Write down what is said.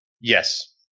Yes